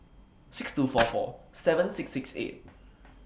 six two four four seven six six eight